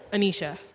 aneesha.